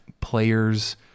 players